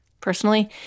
personally